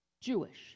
Jewish